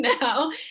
now